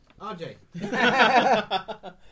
RJ